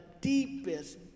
deepest